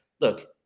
look